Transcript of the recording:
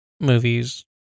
movies